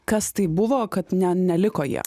kas tai buvo kad ne neliko jie